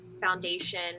foundation